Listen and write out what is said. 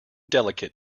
delicate